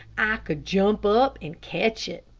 i could jump up and catch it.